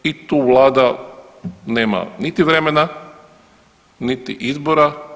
I tu Vlada nema niti vremena, niti izbora.